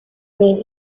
mean